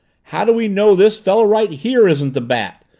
how do we know this fellow right here isn't the bat?